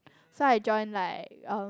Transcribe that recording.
so I joined like um